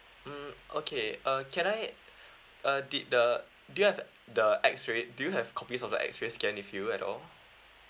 mm okay uh can I uh did the do you have the X-ray do you have copies of the X-ray scan with you at all